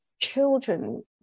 children